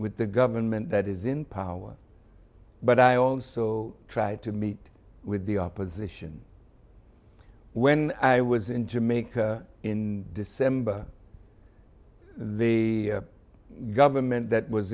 with the government that is in power but i also tried to meet with the opposition when i was in jamaica in december the government that was